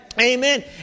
Amen